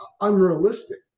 unrealistic